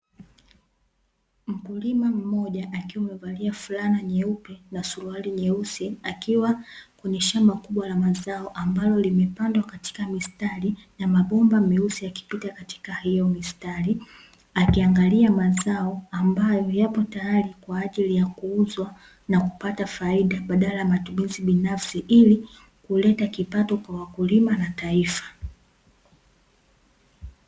Mkulima mmoja, akiwa amevalia fulana nyeupe na suruali nyeusi, akiwa kwenye shamba kubwa la mazao, ambalo limepandwa katika mistari, na mabomba meusi yakipita katika hiyo mistari, akiangalia mazao ambayo yapo tayari kwaajiliya kuuzwa, na kupata faida, badala ya matumizi binafsi, ili kuleta kipato kwa wakulima na taifa.